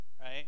right